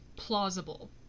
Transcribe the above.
plausible